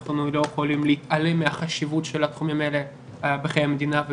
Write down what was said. אנחנו לא יכולים להתעלם מהחשיבות של התחומים האלה במדעי המדינה.